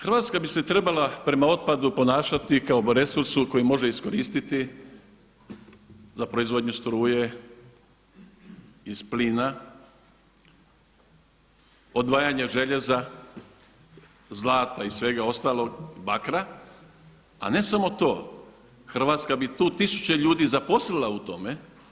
Hrvatska bi se trebala prema otpadu ponašati kao resursu koje može iskoristiti za proizvodnju struje i plina, odvajanje željeza, zlata i svega ostalog, bakra, a ne samo to, Hrvatska bi tu tisuće ljudi zaposlila u tome.